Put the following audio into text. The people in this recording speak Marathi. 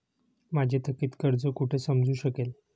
माझे थकीत कर्ज कुठे समजू शकेल?